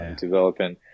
Developing